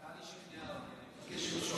טלי שכנעה אותי.